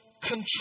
control